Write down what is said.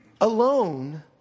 Alone